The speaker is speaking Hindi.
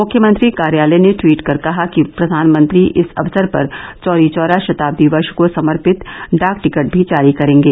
मुख्यमंत्री कार्यालय ने ट्वीट कर कहा कि प्रधानमंत्री इस अवसर पर चौरीचौरा शताब्दी वर्ष को समर्पित डाक टिकट भी जारी करेंगे